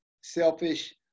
selfish